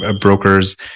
brokers